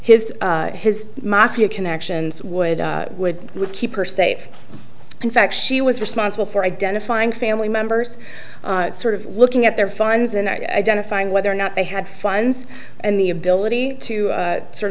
his his mafia connections would would would keep her safe in fact she was responsible for identifying family members sort of looking at their fines and identifying whether or not they had fines and the ability to sort